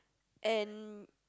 and